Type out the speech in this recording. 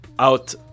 Out